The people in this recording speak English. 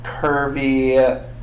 curvy